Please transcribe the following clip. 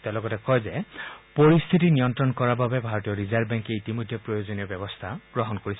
তেওঁ লগতে কয় যে পৰিখ্বিতি নিয়ন্ত্ৰণ কৰাৰ বাবে ভাৰতীয় ৰিজাৰ্ভ বেংকে ইতিমধ্যে প্ৰয়োজনীয় ব্যৱস্থা গ্ৰহণ কৰিছে